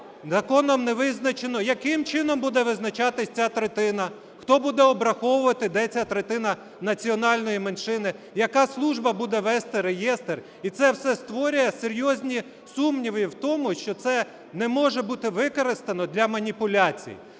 Законом не визначено, яким чином буде визначатися ця третина, хто буде обраховувати, де ця третина національної меншини, яка служба буде вести реєстр? І це все створює серйозні сумніви в тому, що це не може бути використано для маніпуляцій.